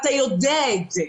ואתה יודע את זה.